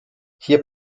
hier